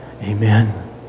Amen